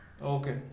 Okay